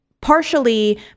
Partially